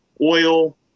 oil